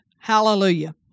Hallelujah